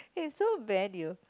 eh so bad you